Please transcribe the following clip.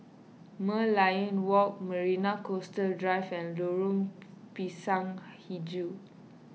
Merlion Walk Marina Coastal Drive and Lorong Pisang HiJau